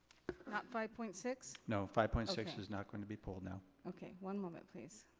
not five point six? no, five point six is not gonna be pulled, no. okay, one moment, please.